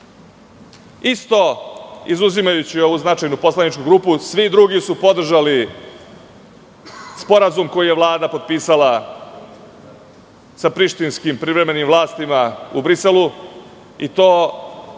isto izuzimajući ovu značajnu poslaničku grupu, svi drugi su podržali Sporazum koji je Vlada potpisala sa Prištinskim privremenim vlastima u Briselu, i to je